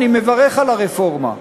אני מברך על הרפורמה.